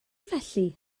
felly